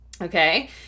okay